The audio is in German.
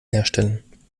herstellen